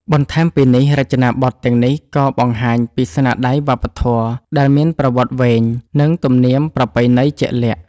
បន្ថែមពីនេះ រចនាបថទាំងនេះក៏បង្ហាញពីស្នាដៃវប្បធម៌ដែលមានប្រវត្តិវែងនិងទំនៀមប្រពៃណីជាក់លាក់។